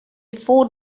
four